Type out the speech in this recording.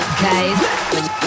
guys (